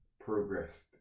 progressed